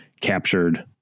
captured